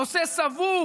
נושא סבוך,